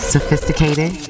Sophisticated